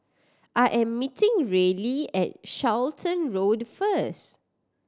I am meeting Reilly at Charlton Road first